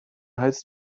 heizt